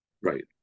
Right